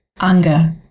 Anger